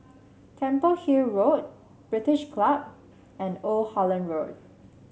Temple Hill Road British Club and Old Holland Road